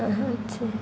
ଆ ହଁ ଛା